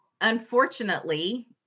unfortunately